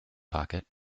pocket